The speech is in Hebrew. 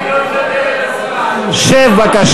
רק שפתיה